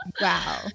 Wow